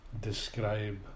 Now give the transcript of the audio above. describe